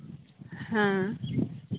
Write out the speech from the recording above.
ᱦᱮᱸ